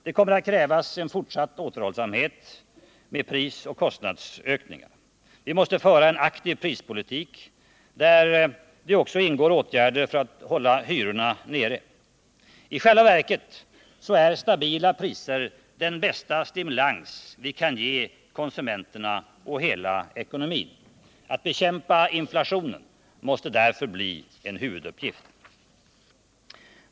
Det kommer att krävas en fortsatt återhållsamhet med prisoch kostnadsökning. Vi måste föra en aktiv prispolitik, där det också ingår åtgärder för att hålla hyrorna nere. I själva verket är stabila priser den bästa stimulans vi kan ge konsumenterna och hela ekonomin. Att bekämpa inflationen måste därför bli en huvuduppgift.